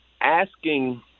asking